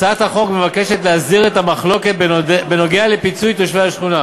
הצעת החוק מבקשת להסדיר את המחלוקת בנוגע לפיצוי תושבי השכונה.